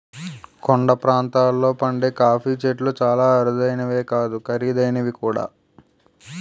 కొండ ప్రాంతాల్లో పండే కాఫీ చెట్లు చాలా అరుదైనవే కాదు ఖరీదైనవి కూడా